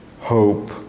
hope